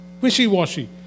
wishy-washy